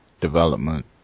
development